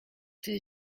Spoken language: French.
t’ai